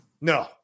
No